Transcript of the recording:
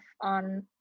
on